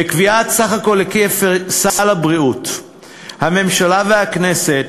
בקביעת היקף סל הבריאות הממשלה והכנסת